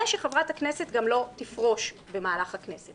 ושחברת הכנסת גם לא תפרוש במהלך הכנסת.